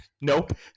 nope